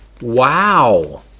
Wow